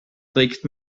trägt